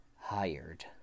hired